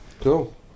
Cool